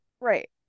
Right